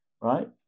Right